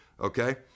okay